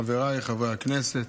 חבריי חברי הכנסת,